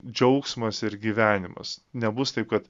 džiaugsmas ir gyvenimas nebus taip kad